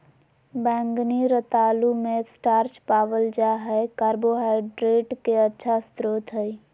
बैंगनी रतालू मे स्टार्च पावल जा हय कार्बोहाइड्रेट के अच्छा स्रोत हय